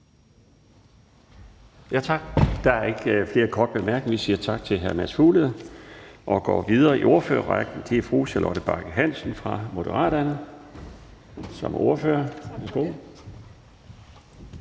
Tak. Der er ikke flere korte bemærkninger. Vi siger tak til hr. Mads Fuglede og går videre i ordførerrækken til fru Charlotte Bagge Hansen fra Moderaterne som ordfører.